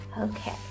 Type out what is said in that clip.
Okay